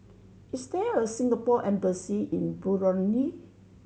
is there a Singapore Embassy in Burundi